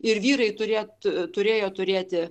ir vyrai turėt turėjo turėti